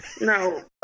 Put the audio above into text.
No